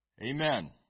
Amen